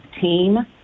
team